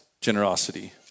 generosity